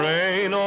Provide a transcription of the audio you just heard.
Rain